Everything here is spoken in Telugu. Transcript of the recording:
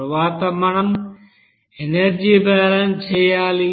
తరువాత మనం ఎనర్జీ బ్యాలెన్స్ చేయాలి